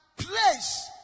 Place